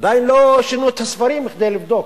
עדיין לא שינו את הספרים כדי לבדוק.